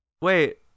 Wait